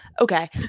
Okay